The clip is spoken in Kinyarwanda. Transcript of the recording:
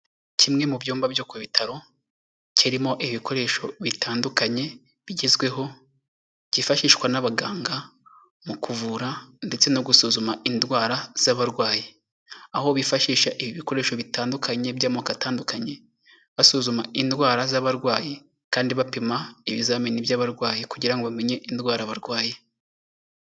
Kimwe mu byumba byo ku bitaro, kirimo ibikoresho bitandukanye bigezweho, byifashishwa n'abaganga mu kuvura ndetse no gusuzuma indwara z'abarwayi, aho bifashisha ibikoresho bitandukanye by'amoko atandukanye, basuzuma indwara z'abarwayi kandi bapima ibizamini by'abarwayi, kugira ngo bamenye indwara barwaye.